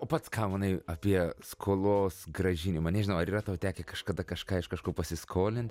o pats ką manai apie skolos grąžinimą nežinau ar yra tau tekę kažkada kažką iš kažko pasiskolint